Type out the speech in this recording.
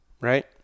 Right